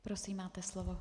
Prosím, máte slovo.